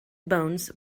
bones